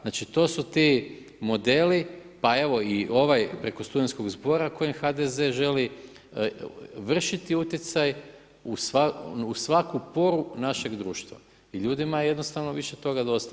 Znači to su ti modeli, pa evo i ovaj preko Studentskog zbora kojem HDZ-e želi vrši utjecaj u svaku poru našeg društva i ljudima je jednostavno više toga dosta.